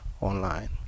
online